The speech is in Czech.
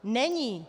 Není.